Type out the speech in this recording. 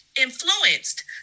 influenced